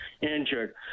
injured